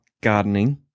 gardening